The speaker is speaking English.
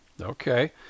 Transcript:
okay